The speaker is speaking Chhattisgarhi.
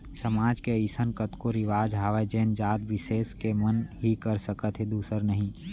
समाज के अइसन कतको रिवाज हावय जेन जात बिसेस के मन ही कर सकत हे दूसर नही